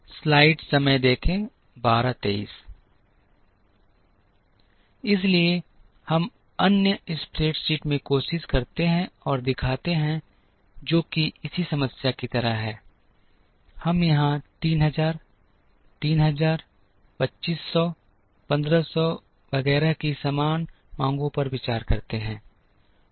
इसलिए हम अन्य स्प्रेडशीट में कोशिश करते हैं और दिखाते हैं जो कि इसी समस्या की तरह है हम यहां 3000 3000 2500 1500 वगैरह की समान मांगों पर विचार करते हैं